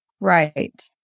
Right